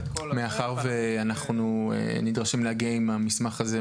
ומאחר שאנחנו נדרשים להגיע עם המסך הזה,